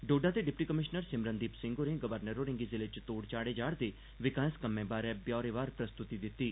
डोडा दे deputy commissioner Simrandeep Singh होरें governor होरें गी ज़िले च तोढ़ चाढ़े जा'रदे विकास कम्में बारै ब्यौरेवार प्रस्तुति दित्ती